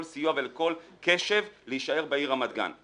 סיוע ולכל קשב להישאר בעיר רמת גן?